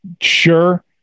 sure